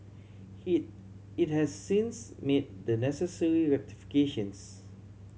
he it has since made the necessary rectifications